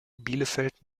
bielefeld